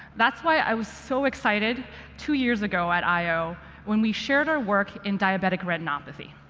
that's why i was so excited two years ago at i o when we shared our work in diabetic retinopathy.